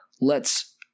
lets